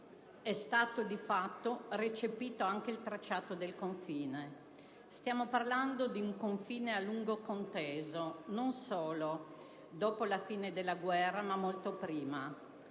è stato di fatto recepito anche il tracciato del confine. Stiamo parlando di un confine a lungo conteso, non solo dopo la fine della guerra, ma molto prima.